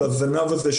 הזנב הזה,